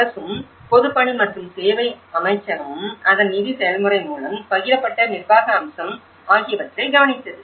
அரசும் பொதுப்பணி மற்றும் சேவை அமைச்சகம் அதன் நிதி செயல்முறை மூலம் பகிரப்பட்ட நிர்வாக அம்சம் ஆகியவற்றைக் கவனித்தது